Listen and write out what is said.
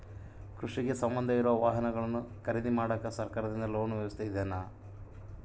ಕೃಷಿಗೆ ಸಂಬಂಧ ಇರೊ ವಾಹನಗಳನ್ನು ಖರೇದಿ ಮಾಡಾಕ ಸರಕಾರದಿಂದ ಲೋನ್ ವ್ಯವಸ್ಥೆ ಇದೆನಾ?